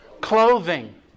clothing